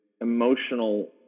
emotional